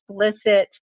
explicit